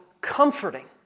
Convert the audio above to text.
comforting